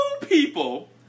people